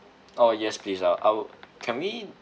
oh yes please I I would can we